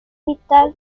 mitad